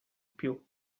più